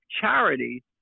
charity